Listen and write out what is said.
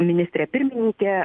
ministrė pirmininkė